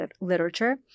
literature